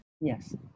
Yes